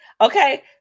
Okay